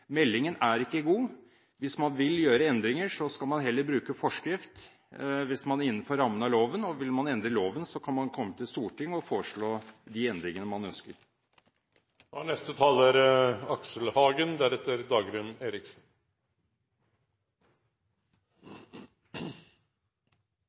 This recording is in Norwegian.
Meldingen er ikke god. Hvis man vil gjøre endringer, skal man heller bruke forskrift, hvis man er innenfor rammen av loven, og vil man endre loven, kan man komme til Stortinget og foreslå de endringene man ønsker. Det er